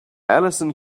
alison